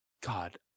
God